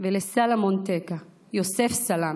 ולסלמון טקה, יוסף סלמסה,